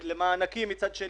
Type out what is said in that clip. למענקים מצד שני.